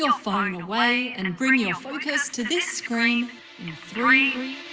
your phone and away and and bring your focus to this screen in three,